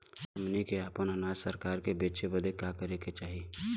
हमनी के आपन अनाज सरकार के बेचे बदे का करे के चाही?